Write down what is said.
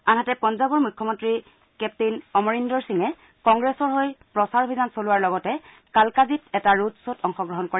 আনহাতে পঞ্জাৱৰ মুখ্যমন্তী কেপ্তেইন অমৰিন্দৰ সিঙে কংগ্ৰেছৰ হৈ প্ৰচাৰ অভিযান চলোৱাৰ লগতে কালকাজিত এটা ৰোড খবত অংশগ্ৰহণ কৰে